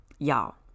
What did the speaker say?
Y'all